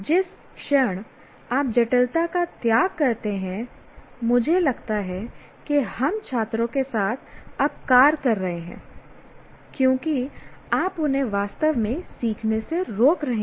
जिस क्षण आप जटिलता का त्याग करते हैं मुझे लगता है कि हम छात्रों के साथ अपकार कर रहे हैं क्योंकि आप उन्हें वास्तव में सीखने से रोक रहे हैं